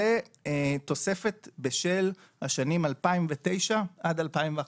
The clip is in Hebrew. זה תוספת בשל השנים 2009 עד 2011,